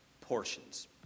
portions